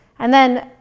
and then,